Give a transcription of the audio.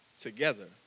together